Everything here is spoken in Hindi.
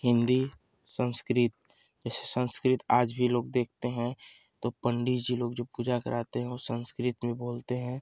हिन्दी संस्कृत जैसे संस्कृत आज भी लोग देखते हैं तो पंडीत जी लोग जो पूजा कराते हैं वो संस्कृत में बोलते हैं